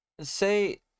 Say